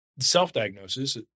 self-diagnosis